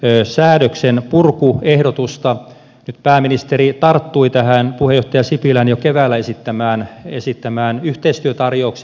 nyt pääministeri tarttui tähän puheenjohtaja sipilän jo keväällä esittämään yhteistyötarjoukseen